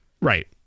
Right